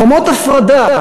חומות הפרדה.